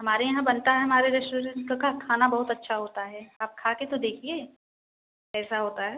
हमारे यहाँ बनता है हमारे रेश्टोरेंट का खाना बहुत अच्छा होता है आप खा कर तो देखिए कैसा होता है